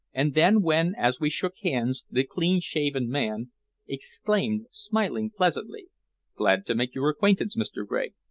and then when, as we shook hands, the clean-shaven man exclaimed, smiling pleasantly glad to make your acquaintance, mr. gregg.